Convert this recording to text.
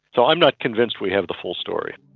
so i'm not convinced we have the whole story.